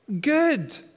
Good